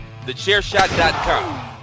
Thechairshot.com